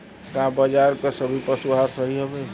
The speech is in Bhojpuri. का बाजार क सभी पशु आहार सही हवें?